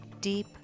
deep